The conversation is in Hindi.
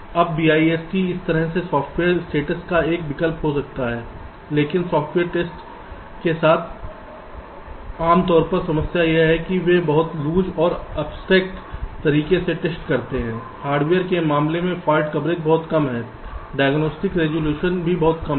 अब BIST इस तरह के सॉफ्टवेयर टेस्ट्स का एक विकल्प हो सकता है लेकिन सॉफ्टवेयर टेस्ट के साथ आम तौर पर समस्या है वे बहुत लूज और एब्स्ट्रेक्ट तरीके से टेस्ट करते हैं हार्डवेयर के मामले में फॉल्ट कवरेज बहुत कम है डायग्नोस्टिक रेजोल्यूशन भी बहुत कम है